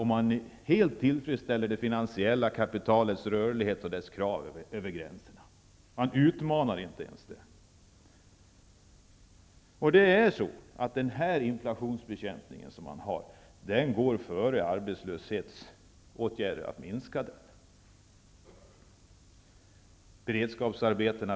Man tillfredsställer helt det finansiella kapitalets krav på rörlighet över gränserna. Man utmanar det inte ens. Den inflationsbekämpning som regeringen bedriver går före åtgärder att minska arbetslösheten.